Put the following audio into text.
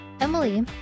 emily